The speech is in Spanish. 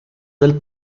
del